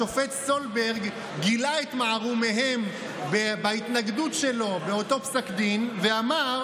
השופט סולברג גילה את מערומיהם בהתנגדות שלו באותו פסק דין ואמר